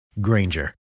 Granger